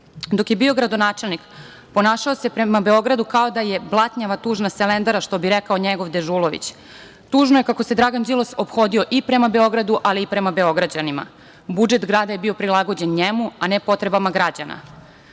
je bio gradonačelnik ponašao se prema Beogradu kao da je blatnjava, tužna selendara, što bi rekao njegov Dežulović. Tužno je kako se Dragan Đilas ophodio i prema Beogradu, ali i prema Beograđanima. Budžet grada je bio prilagođen njemu, a ne potrebama građana. Most